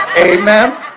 Amen